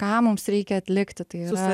ką mums reikia atlikti tai yra